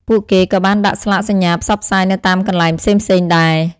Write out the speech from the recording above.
ពួកគេក៏បានដាក់ស្លាកសញ្ញាផ្សព្វផ្សាយនៅតាមកន្លែងផ្សេងៗដែរ។